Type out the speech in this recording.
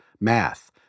math